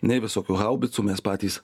nei visokių haubicų mes patys